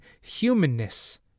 humanness